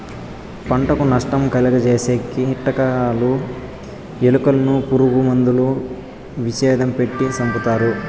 పంటకు నష్టం కలుగ జేసే కీటకాలు, ఎలుకలను పురుగు మందుల విషం పెట్టి సంపుతారు